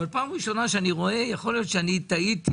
פעם ראשונה שאני רואה יכול להיות שאני טעיתי